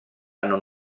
hanno